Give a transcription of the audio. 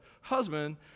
husband